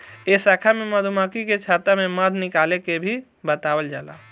ए शाखा में मधुमक्खी के छता से मध निकाले के भी बतावल जाला